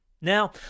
Now